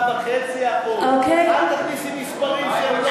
68.5%. אל תכניסי מספרים שהם לא מהעולם הזה.